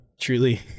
truly